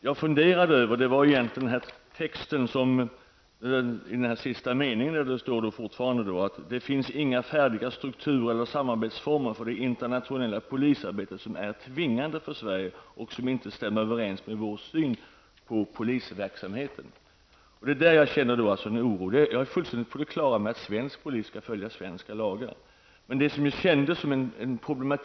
Jag funderade över den sista meningen i ministerns svar: ''Det finns inga färdiga strukturer eller samarbetsformer för det internationella polisarbetet som är tvingande för Sverige och som inte stämmer överens med vår syn på polisverksamheten''. Det är detta som gör mig orolig. Jag är fullt på det klara med att svensk polis skall följa svenska lagar.